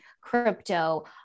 crypto